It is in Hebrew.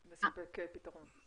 מספק פתרון.